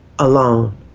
alone